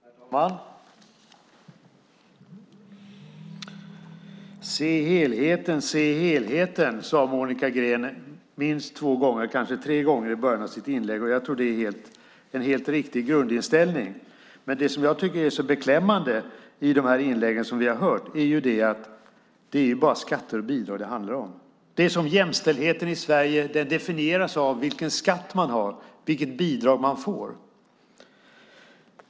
Herr talman! Se helheten, se helheten, sade Monica Green minst två gånger, kanske tre gånger, i början av sitt inlägg. Jag tror att det är en helt riktigt grundinställning, men jag tycker att det är beklämmande att det bara handlar om skatter och bidrag i de inlägg vi har hört. Det är som om jämställdheten i Sverige definieras av vilken skatt man har och vilket bidrag man får.